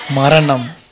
maranam